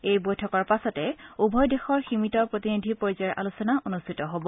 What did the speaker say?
এই বৈঠকৰ পাছতে উভয় দেশৰ সীমিত প্ৰতিনিধি পৰ্যায়ৰ আলোচনা অনুষ্ঠিত হ'ব